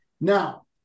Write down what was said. Now